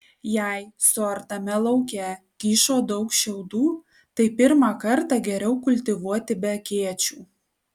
jei suartame lauke kyšo daug šiaudų tai pirmą kartą geriau kultivuoti be akėčių